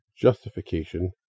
justification